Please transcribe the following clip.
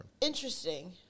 Interesting